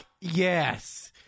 yes